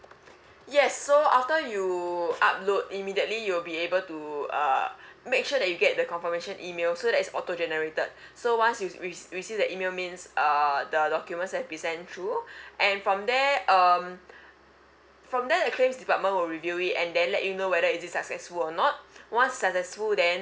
yes so after you upload immediately you'll be able to uh make sure that you get the confirmation email so that it's auto generated so once you recei~ receive the email means uh the documents have been sent through and from there um from there the claims department will review it and then let you know whether is this successful or not once successful then